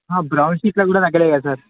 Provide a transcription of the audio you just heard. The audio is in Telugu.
బ్రౌన్ షీట్లో కూడా తగ్గలేదా సార్